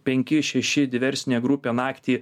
penki šeši diversinė grupė naktį